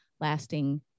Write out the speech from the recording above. lasting